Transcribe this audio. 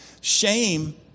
shame